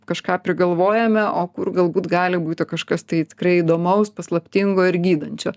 kažką prigalvojame o kur galbūt gali būti kažkas tai tikrai įdomaus paslaptingo ir gydančio